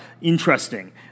interesting